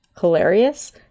hilarious